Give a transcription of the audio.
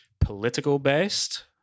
political-based